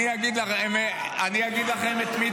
אני אגיד לכם את מי